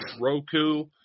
Roku